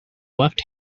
left